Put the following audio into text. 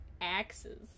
axes